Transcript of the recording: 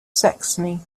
saxony